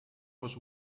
was